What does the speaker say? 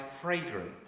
fragrant